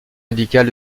médicale